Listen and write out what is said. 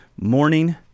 morning